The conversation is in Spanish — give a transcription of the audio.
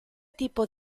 tipo